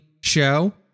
show